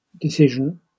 decision